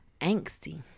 angsty